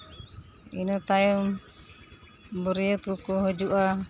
ᱤᱱᱟᱹ ᱛᱟᱭᱚᱢ ᱵᱟᱹᱨᱭᱟᱹᱛ ᱠᱚᱠᱚ ᱦᱤᱡᱩᱜᱼᱟ